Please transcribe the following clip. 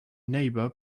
neighbor